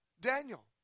Daniel